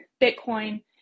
bitcoin